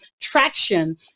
traction